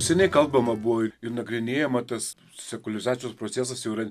seniai kalbama buvo ir nagrinėjama tas sekuliarizacijos procesas jau yra